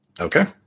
Okay